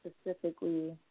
specifically